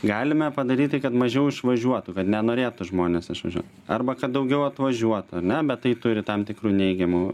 galime padaryti kad mažiau išvažiuotų kad nenorėtų žmonės išvažiuot arba kad daugiau atvažiuotų ar ne bet tai turi tam tikrų neigiamų